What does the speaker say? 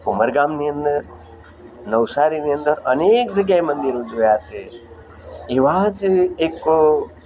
ઉંમર ગામની અંદર નવસારીની અંદર અનેક જગ્યાએ મંદિરો જોયાં છે એવાં જ એક